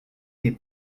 n’est